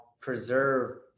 preserve